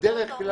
בדרך כלל,